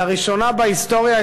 לראשונה בהיסטוריה,